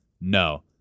no